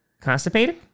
Constipated